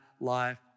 life